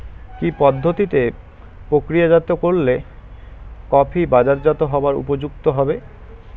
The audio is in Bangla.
কি পদ্ধতিতে প্রক্রিয়াজাত করলে কফি বাজারজাত হবার উপযুক্ত হবে?